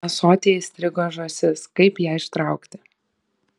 ąsotyje įstrigo žąsis kaip ją ištraukti